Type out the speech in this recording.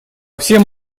всем